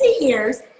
years